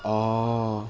oh